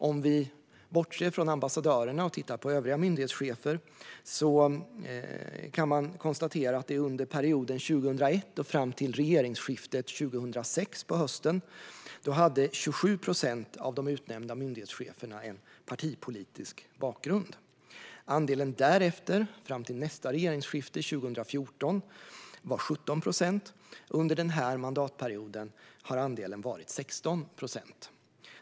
Om vi bortser från ambassadörerna och tittar på övriga myndighetschefer kan vi konstatera att under perioden 2001 fram till regeringsskiftet 2006 hade 27 procent av de utnämnda myndighetscheferna en partipolitisk bakgrund. Därefter och fram till nästa regeringsskifte 2014 var andelen 17 procent. Under denna mandatperiod har andelen varit 16 procent.